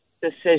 decision